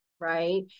right